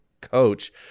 coach